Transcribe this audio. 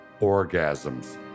Orgasms